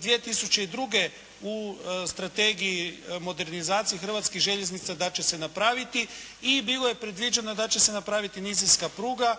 2002. u strategiji, modernizaciji Hrvatskih željeznica da će se napraviti i bilo je predviđeno da će se napraviti nizinska pruga